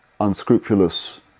unscrupulous